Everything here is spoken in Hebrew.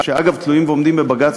שאגב תלויים ועומדים בבג"ץ,